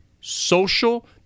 social